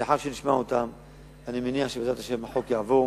ולאחר שנשמע אותם אני מניח שבעזרת השם החוק יעבור.